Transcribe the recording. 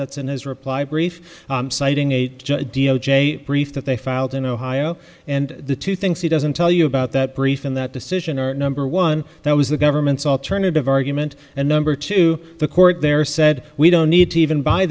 that's in his reply brief citing a d o j brief that they filed in ohio and the two things he doesn't tell you about that brief in that decision are number one that was the government's alternative argument and number two the court there said we don't need to even buy